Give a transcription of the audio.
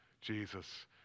Jesus